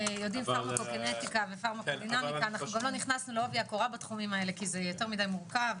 גם לא נכנסנו לעובי הקורה בתחומים האלה כי זה יותר מדי מורכב,